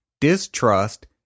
distrust